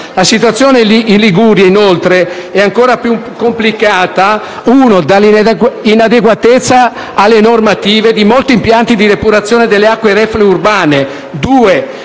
La situazione in Liguria è ancora più complicata, in primo luogo, dall'inadeguatezza alle normative di molti impianti di depurazione delle acque reflue urbane; in